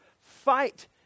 fight